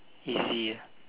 easy ah